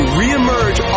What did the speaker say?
reemerge